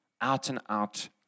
out-and-out